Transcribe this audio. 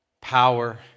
power